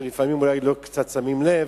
שם לפעמים לא שמים לב,